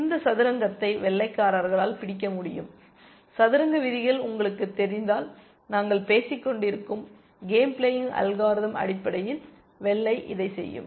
இந்த சதுரங்கத்தை வெள்ளைக்காரர்களால் பிடிக்க முடியும் சதுரங்க விதிகள் உங்களுக்குத் தெரிந்தால் நாங்கள் பேசிக்கொண்டிருக்கும் கேம் பிளேயிங் அல்காரிதம் அடிப்படையில் வெள்ளை இதைச் செய்யும்